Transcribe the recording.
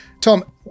Tom